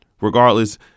regardless